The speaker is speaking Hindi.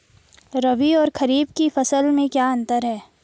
रबी और खरीफ की फसल में क्या अंतर है?